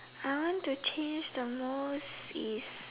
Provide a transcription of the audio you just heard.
I want to change the most is